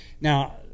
Now